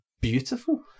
Beautiful